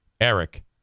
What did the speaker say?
Eric